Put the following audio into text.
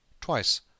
Twice